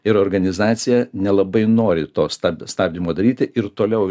ir organizacija nelabai nori to stab stabdymo daryti ir toliau